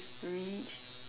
rich